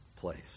place